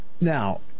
Now